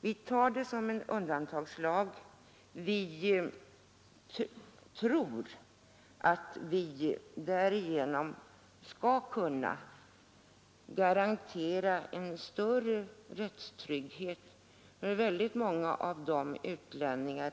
Vi utgår från att det är fråga om en undantagslag. Vi tror att vi genom denna skall kunna garantera en större rättstrygghet för ett stort antal av de utlänningar